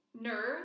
Nerve